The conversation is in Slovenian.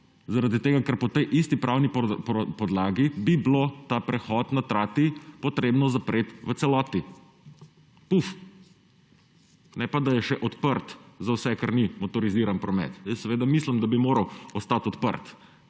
zaradi tega ker po tej isti pravni podlagi bi bil ta prehod na Trati potrebno zapreti v celoti. Puf! Ne pa, da je še odprt za vse, kar ni motoriziran promet. Seveda mislim, da bi moral ostati odprt,